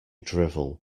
drivel